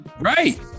Right